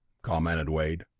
commented wade.